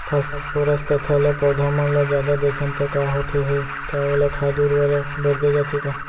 Phosphorus तथा ल पौधा मन ल जादा देथन त का होथे हे, का ओला खाद उर्वरक बर दे जाथे का?